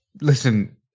listen